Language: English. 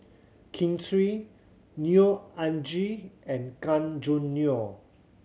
Kin Chui Neo Anngee and Gan Choo Neo